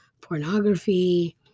pornography